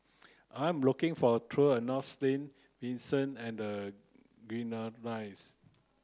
I'm looking for a tour around Saint Vincent and the Grenadines